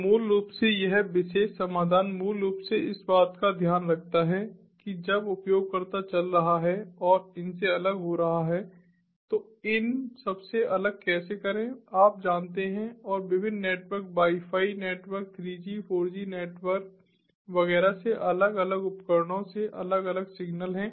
तो मूल रूप से यह विशेष समाधान मूल रूप से इस बात का ध्यान रखता है कि जब उपयोगकर्ता चल रहा है और इनसे अलग हो रहा है तो इन सबसे अलग कैसे करें आप जानते हैं और विभिन्न network wifi network 3 G 4 G नेटवर्कnetworks Wi Fi network 3G 4G networks वगैरह से अलग अलग उपकरणों से अलग अलग सिग्नल हैं